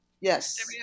Yes